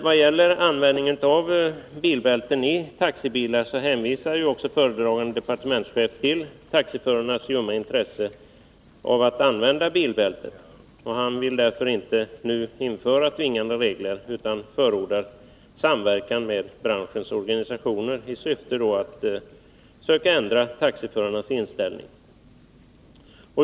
Vad gäller användning av bilbälte i taxibilar hänvisar också föredragande departementschefen till taxiförarnas ljumma intresse av att använda bilbältet, och han vill därför inte nu införa tvingande regler, utan förordar samverkan med branschens organisationer, i syfte att söka ändra taxiförarnas inställning.